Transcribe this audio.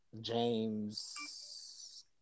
James